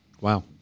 Wow